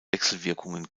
wechselwirkungen